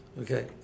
Okay